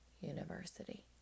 University